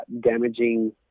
damaging